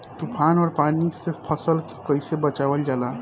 तुफान और पानी से फसल के कईसे बचावल जाला?